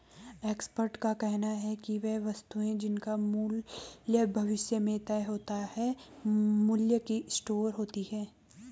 expert का कहना है कि वे वस्तुएं जिनका मूल्य भविष्य में तय होता है मूल्य की स्टोर होती हैं